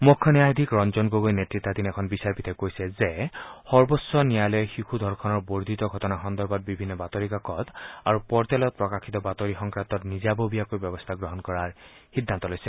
মুখ্য ন্যায়াধীশ ৰঞ্জন গগৈ নেত্তাধীন এখন বিচাৰপীঠে কৈছে যে সৰ্বোচ্চ ন্যায়ালয়ে শিশু ধৰ্ষণৰ বৰ্ধিত ঘটনা সন্দৰ্ভত বিভিন্ন বাতৰি কাকত আৰু পৰ্টেলত প্ৰকাশিত বাতৰি সংক্ৰান্তত নিজাববীয়াকৈ ব্যৱস্থা গ্ৰহণ কৰাৰ সিদ্ধান্ত লৈছে